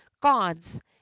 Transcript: gods